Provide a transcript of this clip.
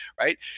right